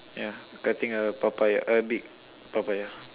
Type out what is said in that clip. ya cutting a Papaya a big Papaya